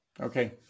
Okay